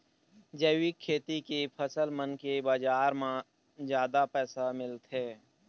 जैविक खेती के फसल मन के बाजार म जादा पैसा मिलथे